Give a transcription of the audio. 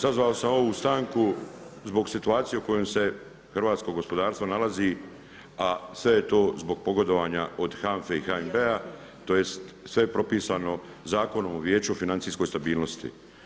Sazvali smo ovu stanku zbog situacije u kojem se hrvatsko gospodarstvo nalazi, a sve je to zbog pogodovanja od HANFA-e i HNB-a tj. sve je propisano Zakonom o vijeću o financijskoj stabilnosti.